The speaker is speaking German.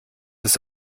des